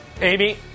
Amy